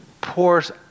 pours